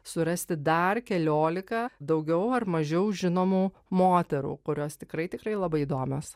surasti dar keliolika daugiau ar mažiau žinomų moterų kurios tikrai tikrai labai įdomios